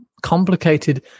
complicated